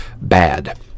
bad